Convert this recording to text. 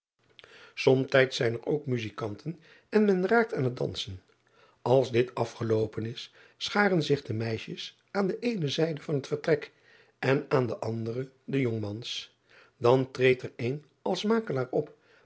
omtijds zijn er ook muzijkanten en men raakt aan het dansen ls dit afgeloopen is scharen zich de meisjes aan de eene zijde van het vertrek en aan de andere de jongmans an treedt er een als makelaar op